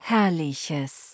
Herrliches